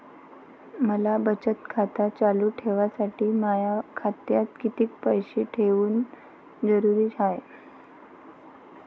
मले बचत खातं चालू ठेवासाठी माया खात्यात कितीक पैसे ठेवण जरुरीच हाय?